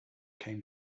came